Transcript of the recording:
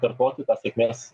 kartoti tą sėkmės